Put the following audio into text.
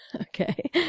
okay